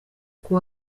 kuwa